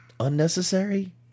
Unnecessary